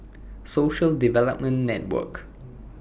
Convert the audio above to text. Social Development Network